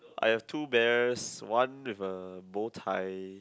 I have two bears one with a bowtie